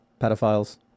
Pedophiles